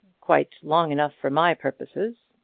quite long enough for my purposes.